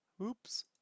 Oops